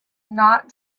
not